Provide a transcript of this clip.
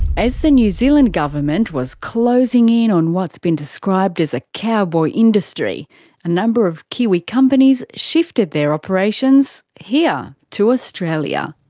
as the new zealand government was closing in on what's been described as a cowboy industry a number of kiwi companies shifted their operations here to australia.